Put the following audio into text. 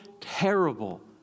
terrible